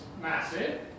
massive